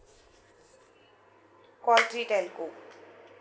call three telco